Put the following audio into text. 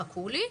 חכו לי,